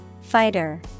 Fighter